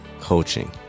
coaching